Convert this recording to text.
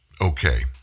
Okay